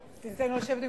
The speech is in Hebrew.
ניתן לו לשבת במקומו.